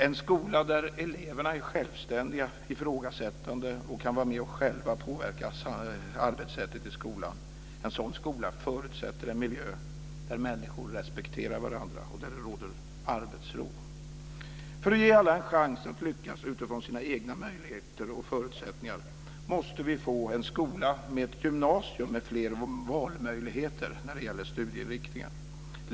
En skola där eleverna är självständiga, ifrågasättande och kan vara med och själva påverka arbetssättet i skolan förutsätter en miljö där människor respekterar varandra och där det råder arbetsro. För att ge alla en chans att lyckas utifrån sina egna möjligheter och förutsättningar måste vi få en skola med ett gymnasium som har fler valmöjligheter när det gäller studieinriktningar.